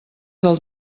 del